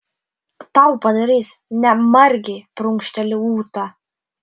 tau padarys ne margei prunkšteli ūta